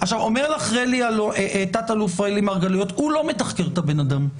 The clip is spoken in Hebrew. אומר לך תא"ל רלי מרגלית שהוא לא מתחקר את הבן אדם.